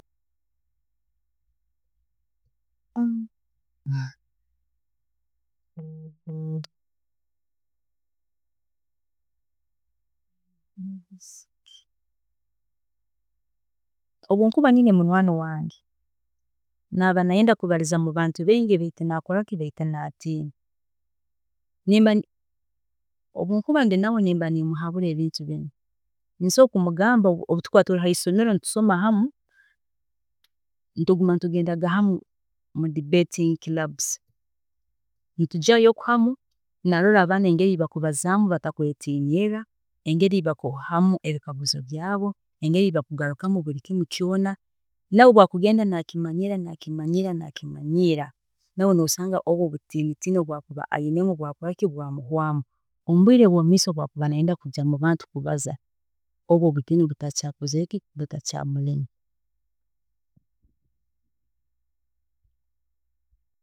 ﻿Obu nkuba nyine munywaani wange naaba nayenda kubariza mu bantu baingi baitu natiina, obu nkuba ndi nawe nimba nimuhabura ebintu binu, ninsobola kumugamba obu turaabaga turi heisomero ntusoma hamu, twikarege nitugenda mu debating clubs, eki kurugamu, narola abaana engeri bakubazaamu batakwetiiniirra, narola engeri bakuhayo ebikaguzo byaabo, nawe obu akugernda nakimanyiirira, nakimanyiira nakimanyiira, nawe nosanga obu obutiinitiini obu akuba ayinabwo bwagenda nibukeeha, engeri akuhayo ebitekerezo, engeri akukaguzamu ebikaguzo, nawe obutiini tiini obu nibugenda nibumuhwaamu, omubwiire obwomumaiso obu akuba nayenda kugenda mubantu kubaza, obu obutiini tiini naija kwesanga bwamuhwaamu